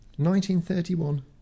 1931